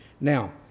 Now